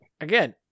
Again